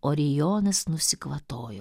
orijonas nusikvatojo